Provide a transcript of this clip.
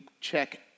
check